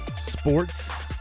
sports